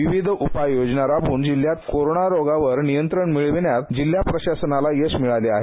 विविध उपाययोजना राबवून जिल्ह्यात कोरोना रोगावर नियंत्रण मिळवण्यात जिल्हा प्रशासनाला यश मिळाले आहे